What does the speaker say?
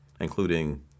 including